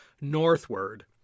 northward